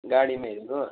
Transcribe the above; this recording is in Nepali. गाडीमा हेर्नु